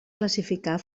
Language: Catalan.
classificar